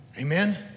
amen